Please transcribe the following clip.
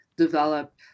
develop